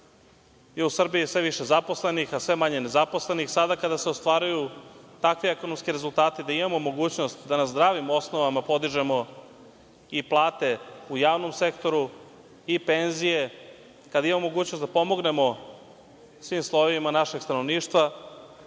je u Srbiji sve više zaposlenih, a sve manje nezaposlenih, sada kada se ostvaruju takvi ekonomski rezultati da imamo mogućnost da na zdravim osnovama podižemo i plate u javnom sektoru i penzije, kada imamo mogućnost da pomognemo svim slojevima našeg stanovništva,